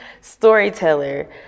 storyteller